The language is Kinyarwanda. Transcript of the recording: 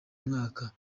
mwaka